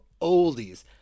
oldies